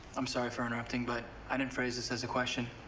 i'm sorry for interrupting, but i didn't phrase this as a question.